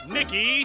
Nikki